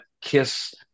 KISS